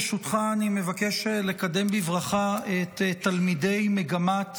ברשותך אני מבקש לקדם בברכה את תלמידי מגמת